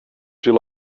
you